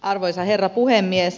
arvoisa herra puhemies